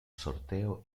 sorteo